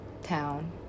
town